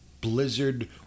Blizzard